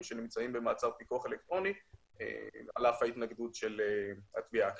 שנמצאים במעצר פיקוח אלקטרוני על אף ההתנגדות של התביעה הכללית.